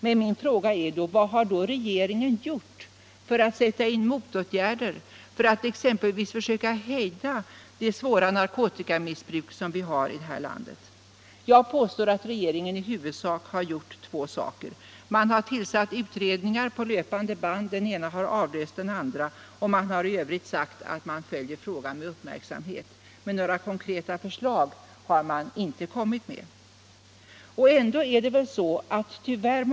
Men min fråga är då: Vad har regeringen gjort för att sätta in motåtgärder, för att exempelvis söka hejda det svåra narkotikamissbruk som vi har i det här landet? Jag påstår att regeringen i huvudsak har gjort två saker: man har tillsatt utredningar på löpande band, den ena har avlöst den andra, och i övrigt har man sagt att man följer frågan med uppmärksamhet. Några konkreta förslag har man inte lagt fram.